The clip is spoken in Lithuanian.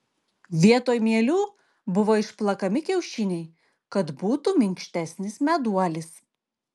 vietoj mielių buvo išplakami kiaušiniai kad būtų minkštesnis meduolis